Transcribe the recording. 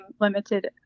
limited